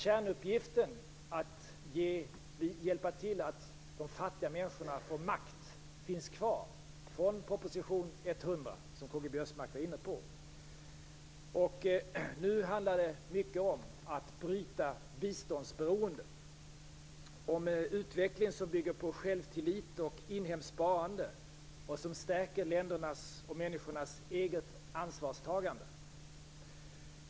Kärnuppgiften - att hjälpa till så att de fattiga människorna får makt - finns kvar från proposition 100, som Karl-Göran Biörsmark var inne på. Nu handlar det mycket om att bryta biståndsberoendet, om en utveckling som bygger på självtillit och inhemskt sparande och som stärker ländernas och människornas eget ansvarstagande.